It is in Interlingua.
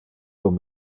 con